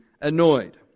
annoyed